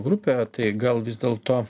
grupė tai gal vis dėlto